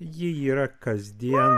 ji yra kasdien